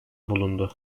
bulundu